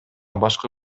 башкы